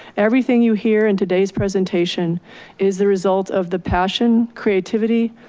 everything you hear in today's presentation is the result of the passion, creativity,